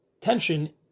tension